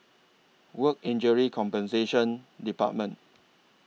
Work Injury Compensation department